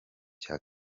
cya